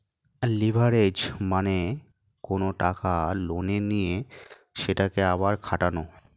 leverage মানে কোনো টাকা লোনে নিয়ে সেটাকে আবার খাটানো